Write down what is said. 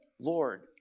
Lord